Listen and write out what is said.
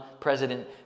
president